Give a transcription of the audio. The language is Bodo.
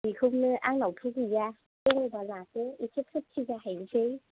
बेखौनो आंनावथ' गैया दङ'बा लादो एसे फुरथि जाहैनोसै